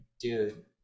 dude